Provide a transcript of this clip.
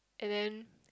and then